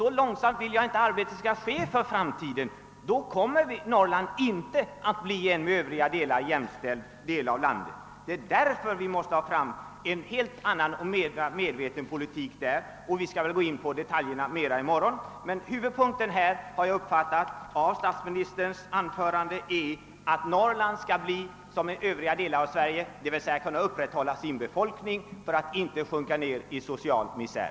Så långt vill jag inte att arbetet i fortsättningen skall dra ut på tiden. Då kommer Norrland inte att bli en med övriga delar av landet jämställd del. Vi måste därför gå in för en helt annan och mera medveten politik inom detta område. Vi skall gå närmare in på detaljerna i detta sammanhang i morgon. Huvudpunkten i statsministerns anförande, såsom jag uppfattade det, är dock att Norrland skall bli likvärdigt med övriga delar av Sverige, d.v.s. kunna upprätthålla sin befolkning för att inte sjunka ner i social misär.